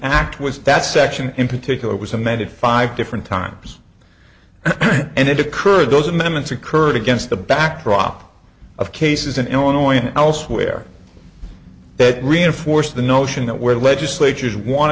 act was that section in particular was amended five different times and it occurred those amendments occurred against the backdrop of cases in illinois and elsewhere that reinforce the notion that where legislatures